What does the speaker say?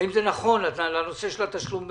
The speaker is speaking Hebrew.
האם זה נכון הנושא של התשלום במזומן?